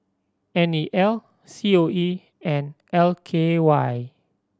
N E L C O E and L K Y